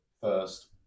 first